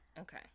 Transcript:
Okay